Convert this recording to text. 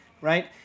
right